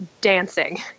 dancing